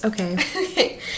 okay